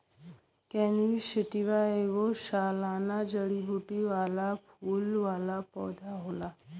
cannabis sativa ऐगो सालाना जड़ीबूटी वाला फूल वाला पौधा होला